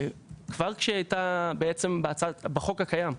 כבר בחוק הקיים,